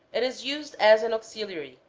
it is used as an auxiliary,